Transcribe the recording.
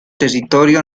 territorio